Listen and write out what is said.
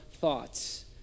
thoughts